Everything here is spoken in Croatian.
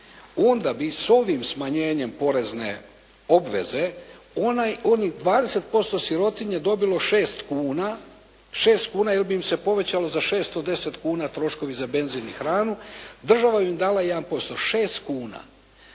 onda bi s ovim smanjenjem porezne obveze, onih 20% sirotinje dobilo 6 kuna, jer bi im se povećalo za 610 kuna za benzin i hranu, država ima dala 1%, 6 kuna.